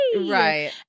Right